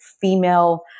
female